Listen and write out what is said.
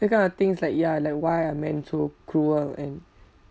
that kind of things like ya like why are men so cruel and